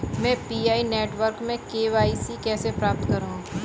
मैं Pi network में KYC कैसे प्राप्त करूँ?